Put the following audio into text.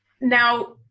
Now